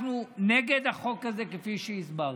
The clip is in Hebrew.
אנחנו נגד החוק הזה, כפי שהסברתי,